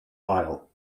aisle